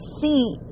see